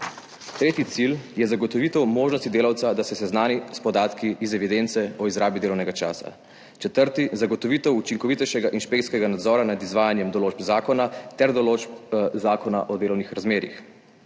Tretji cilj je zagotovitev možnosti delavca, da se seznani s podatki iz evidence o izrabi delovnega časa. Četrti, zagotovitev učinkovitejšega inšpekcijskega nadzora nad izvajanjem določb zakona ter določb Zakona o delovnih razmerjih.